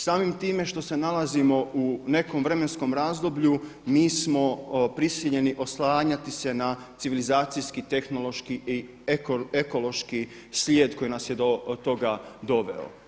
Samim time što se nalazimo u nekom vremenskom razdoblju mi smo prisiljeni oslanjati se na civilizacijski, tehnološki i ekološki slijed koji nas je do toga doveo.